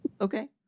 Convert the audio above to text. Okay